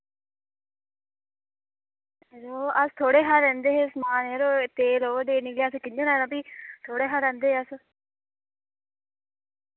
यरो अस थोआढ़े हा लैंदे हे समान यरो एह् तेल ओवर डेट निकलेआ असैं कि'यां लैना फ्ही थोआढ़े हा लैंदे हे अस